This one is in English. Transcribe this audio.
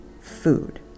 food